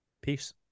Peace